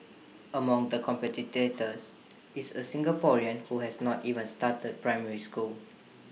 among the competitors is A Singaporean who has not even started primary school